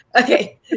Okay